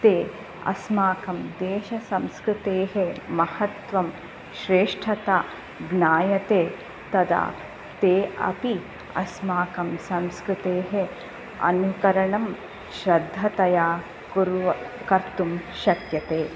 ते अस्माकं देशसंस्कृतेः महत्त्वं श्रेष्ठता ज्ञायते तदा ते अपि अस्माकं संस्कृतेः अनुकरणं श्रद्धतया कुर्व् कर्तुं शक्यते